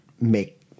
make